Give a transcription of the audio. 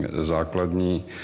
základní